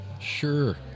Sure